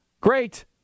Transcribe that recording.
great